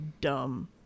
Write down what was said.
dumb